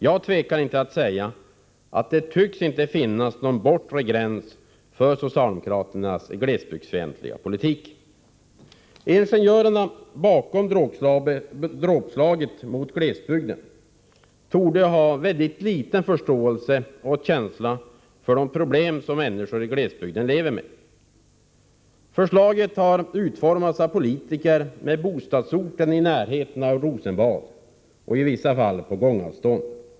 Jag tvekar inte att säga att det inte tycks finnas någon bortre gräns för socialdemokraternas glesbygdsfientliga politik. Ingenjörerna bakom dråpslaget mot glesbygden torde ha mycket liten förståelse och känsla för de problem som människor i glesbygden lever med. Förslaget har utformats av politiker med bostadsorten i närheten av Rosenbad — i vissa fall på gångavstånd.